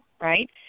right